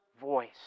voice